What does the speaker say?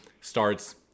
starts